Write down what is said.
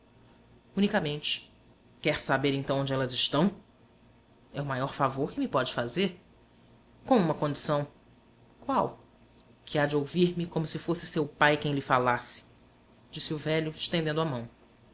unicamente quer saber então onde elas estão é o maior favor que me pode fazer com uma condição qual que há de ouvir-me como se fosse seu pai quem lhe falasse disse o velho estendendo a mão